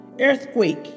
earthquake